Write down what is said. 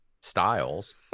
styles